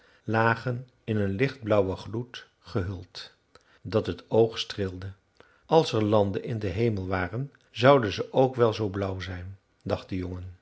lagen in een lichtblauwen gloed gehuld dat het oog streelde als er landen in den hemel waren zouden ze ook wel zoo blauw zijn dacht de jongen